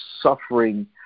suffering